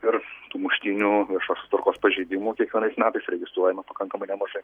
ir tų muštynių viešosios tvarkos pažeidimų kiekvienais metais registruojame pakankamai nemažai